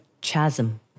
chasm